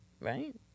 right